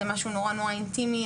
זה משהו נורא נורא אינטימי.